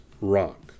rock